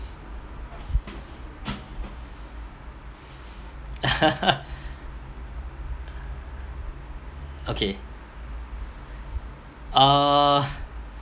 okay err